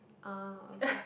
ah okay